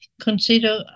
consider